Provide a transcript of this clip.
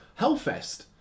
Hellfest